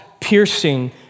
piercing